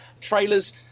Trailers